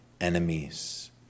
enemies